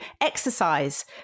exercise